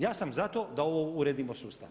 Ja sam za to da ovo uredimo sustavno.